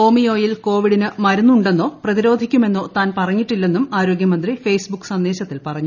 ഹോമിയോയിൽ കൊവിഡിന് മരുന്നുണ്ടെന്നോ പ്രതിരോധിക്കുമെന്നോ താൻ പറഞ്ഞിട്ടില്ലെന്നും ആരോഗൃമന്ത്രി ഫേസ്ബുക്ക് സന്ദേശത്തിൽ പറഞ്ഞു